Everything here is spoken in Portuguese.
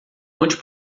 onde